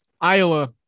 Iowa